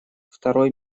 второй